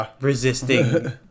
resisting